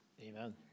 Amen